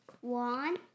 One